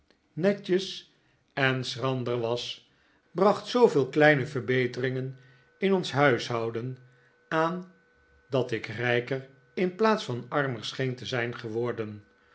netjes en schrander was bracht zooveel kleine verbeteringen in ons huishouden aan dat ik rijker in plaats van armer scheen te zijn geworden